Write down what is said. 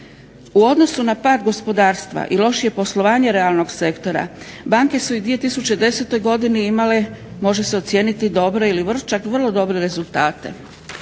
U odnosu na pad gospodarstva i lošije poslovanje realnog sektora banke su i u 2010. godini imale, može se ocijeniti dobre ili čak vrlo dobre rezultate.